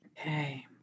Okay